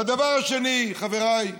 והדבר השני, חבריי,